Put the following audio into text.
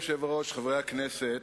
אדוני היושב-ראש, חברי הכנסת,